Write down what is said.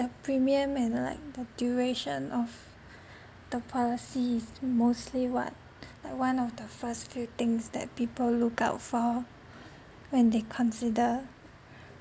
the premium and uh like the duration of the policy is mostly what like one of the first few things that people look out for when they consider